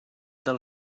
del